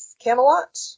Camelot